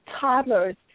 toddlers